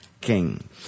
king